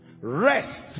Rest